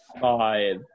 five